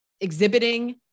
exhibiting